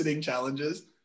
challenges